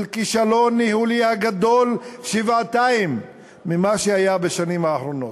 כישלון ניהולי הגדול שבעתיים ממה שהיה בשנים האחרונות.